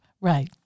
right